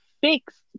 fixed